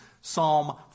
Psalm